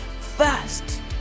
first